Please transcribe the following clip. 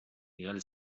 miguel